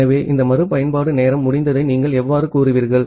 ஆகவே இந்த மறுபயன்பாட்டு நேரம் முடிந்ததை நீங்கள் எவ்வாறு கூறுவீர்கள்